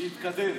להתקדם.